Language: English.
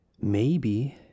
Maybe